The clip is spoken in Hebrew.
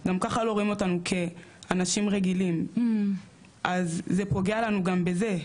גם ככה לא רואים אותנו כאנשים רגילים אז זה פוגע לנו גם בזה,